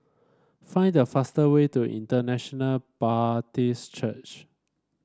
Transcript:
find the fastest way to International Baptist Church